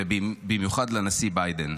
ובמיוחד בנוגע לנשיא ביידן.